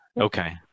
Okay